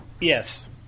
Yes